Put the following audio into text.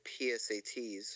PSATs